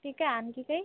ठीक आहे आणखी काही